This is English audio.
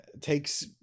takes